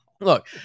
look